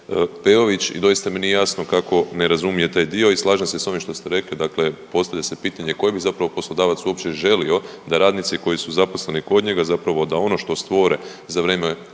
Peović i doista mi nije jasno kako ne razumije taj dio i slažem se s onim što ste rekli, dakle postavlja se pitanje koji bi zapravo poslodavac uopće želio da radnici koji su zaposleni kod njega zapravo da ono što stvore za vrijeme